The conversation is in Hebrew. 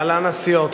להלן: הסיעות,